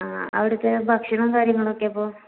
ആ അവടുത്തെ ഭക്ഷണവും കാര്യങ്ങളൊക്കെ അപ്പോൾ